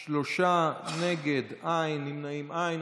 שלושה, נגד, אין, נמנעים, אין.